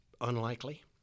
unlikely